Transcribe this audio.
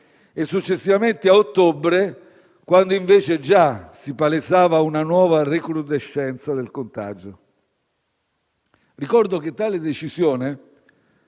e successivamente a ottobre, quando invece già si palesava una nuova recrudescenza del contagio. Ricordo che tale decisione,